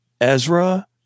ezra